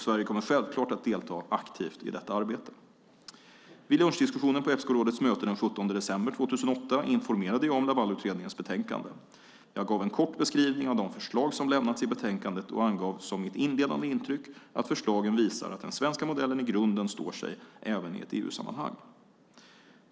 Sverige kommer självklart att delta aktivt i detta arbete. Vid lunchdiskussionen på Epscorådets möte den 17 december 2008 informerade jag om Lavalutredningens betänkande. Jag gav en kort beskrivning av de förslag som lämnats i betänkandet och angav som mitt inledande intryck att förslagen visar att den svenska modellen i grunden står sig även i ett EU-sammanhang.